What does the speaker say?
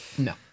No